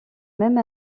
même